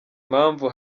impamvu